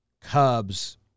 Cubs